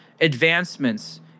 advancements